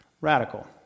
Radical